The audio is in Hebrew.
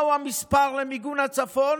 מהו המספר למיגון הצפון?